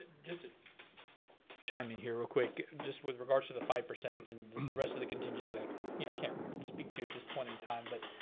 just to chime in here real quick, just with regards to the five percent and the rest of the contingency i yeah can't speak to at this point in time, but,